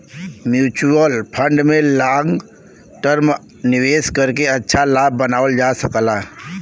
mutual fund में long term निवेश करके अच्छा लाभ बनावल जा सकला